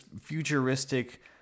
futuristic